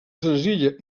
senzilla